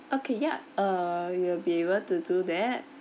okay ya err you will be able to do that